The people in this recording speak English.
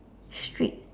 strict